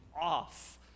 off